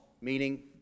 meaning